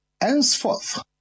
Henceforth